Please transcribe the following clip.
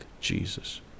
jesus